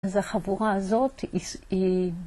‫אז החבורה הזאת היא...